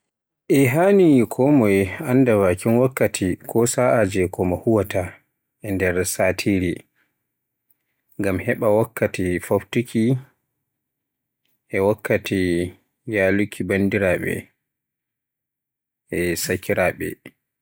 E haani kon moye annda bakin wakkati ko sa'aji ko huwaata e nder satire ngam heɓa wakkati foftuki e yaluuki bandiraaɓe e sakiraaɓe.